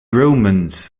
romans